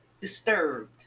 disturbed